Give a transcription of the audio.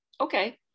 Okay